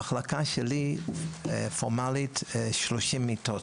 המחלקה שלי מונה 30 מיטות